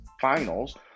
finals